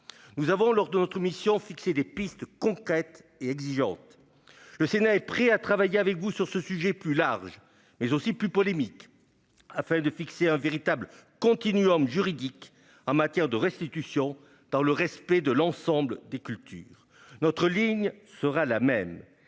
Nous avons, lors de notre mission, fixé des pistes concrètes et exigeantes. Le Sénat est prêt à travailler avec vous sur ce sujet plus large, mais aussi plus polémique, afin de fixer un véritable juridique en matière de restitutions, dans le respect de l'ensemble des cultures. Notre ligne sera la même